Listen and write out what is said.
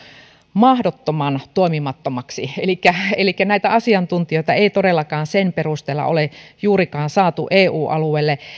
mahdottoman toimimattomaksi elikkä elikkä näitä asiantuntijoita ei todellakaan sen perusteella ole juurikaan saatu eu alueelle